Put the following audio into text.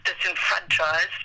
disenfranchised